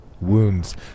Wounds